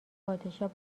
پادشاه